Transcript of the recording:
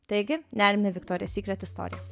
taigi neriam į viktorija sykret istoriją